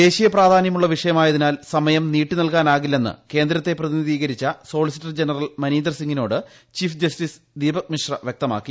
ദേശീയ പ്രാധാന്യമുള്ള വിഷ്ട്രായ്തിനാൽ സമയം നീട്ടി നൽകാനാകില്ലെന്ന് കേന്ദ്രത്തെ പ്രത്യിനിധികരിച്ച സോളിസിറ്റർ ജനറൽ മനീന്ദർ സിംങിനോട് ചീഫ് ജസ്റ്റിസ് ദ്രീപക് മിശ്ര വ്യക്തമാക്കി